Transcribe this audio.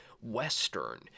Western